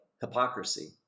hypocrisy